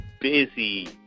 busy